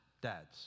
dads